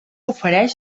ofereix